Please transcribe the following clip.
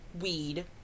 weed